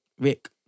Rick